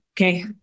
okay